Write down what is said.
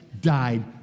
died